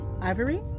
Ivory